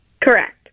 Correct